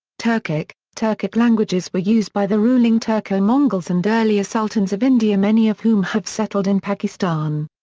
turkic turkic languages were used by the ruling turco-mongols and earlier sultans of india many of whom have settled in pakistan.